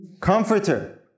Comforter